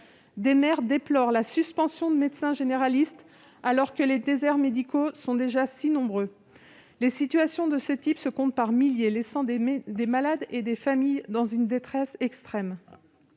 des maires déplorent la suspension de médecins généralistes, alors que les déserts médicaux sont déjà si nombreux. Les situations de ce type se comptent par milliers, laissant des malades et des familles dans une détresse extrême.